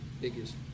biggest